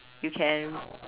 you can